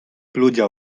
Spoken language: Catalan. pluja